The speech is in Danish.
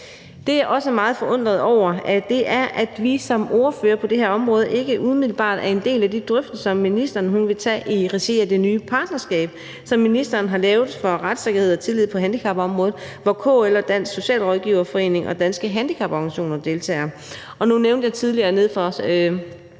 jeg også er meget forundret over, er, at vi som ordførere på det her område ikke umiddelbart er en del af de drøftelser, ministeren vil tage i regi af det nye partnerskab, som ministeren har lavet for retssikkerhed og tillid på handicapområdet, og hvor KL, Dansk Socialrådgiverforening og Danske Handicaporganisationer deltager.